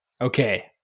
okay